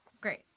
Great